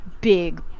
big